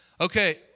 Okay